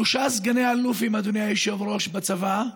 שלושה סגני אלופים, אדוני היושב-ראש, בצבא,